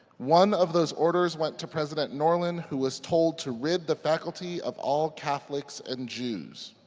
one of those orders went to president norlin who was told to rid the faculty of all catholics and jews.